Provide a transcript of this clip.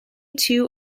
two